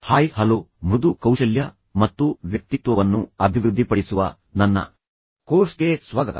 hi hello ಮೃದು ಕೌಶಲ್ಯ ಮತ್ತು ವ್ಯಕ್ತಿತ್ವವನ್ನು ಅಭಿವೃದ್ಧಿಪಡಿಸುವ ನನ್ನ ಕೋರ್ಸ್ಗೆ ಮತ್ತೆ ಸ್ವಾಗತ